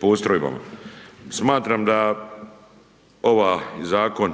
postrojbama. Smatram da ova zakon